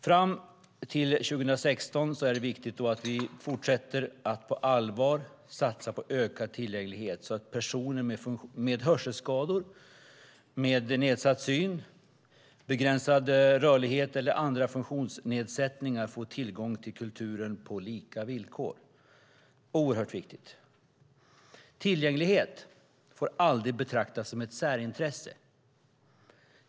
Fram till 2016 är det viktigt att vi fortsätter att på allvar satsa på ökad tillgänglighet, så att personer med hörselskador, nedsatt syn, begränsad rörlighet eller andra funktionsnedsättningar får tillgång till kulturen på lika villkor. Det är oerhört viktigt. Tillgänglighet får aldrig betraktas som ett särintresse.